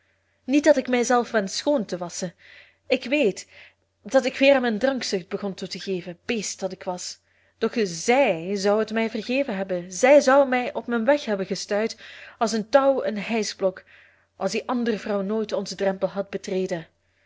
niet dat ik mij zelf wensch schoon te wasschen ik weet dat ik weer aan mijn drankzucht begon toe te geven beest dat ik was doch zij zou het mij vergeven hebben zij zou mij op mijn weg hebben gestuit als een touw een hijschblok als die andere vrouw nooit onzen drempel had betreden